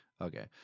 Okay